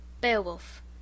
Beowulf